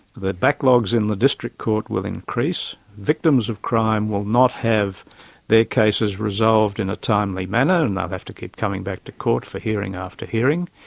the backlogs in the district court will increase, victims of crime will not have their cases resolved in a timely manner and they'll have to keep coming back to court for hearing after hearing.